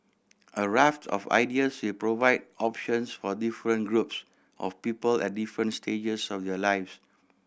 a raft of ideas will provide options for different groups of people at different stages of their lives